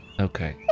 Okay